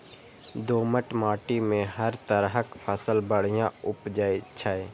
दोमट माटि मे हर तरहक फसल बढ़िया उपजै छै